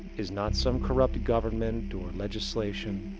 is not some corrupt government or legislation,